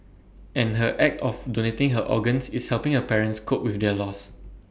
and her act of donating her organs is helping her parents cope with their loss